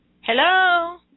Hello